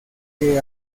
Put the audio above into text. que